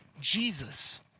Jesus